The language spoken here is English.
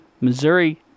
Missouri